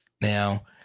Now